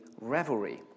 revelry